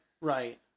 Right